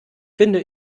finde